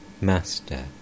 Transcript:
Master